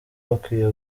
bakwiye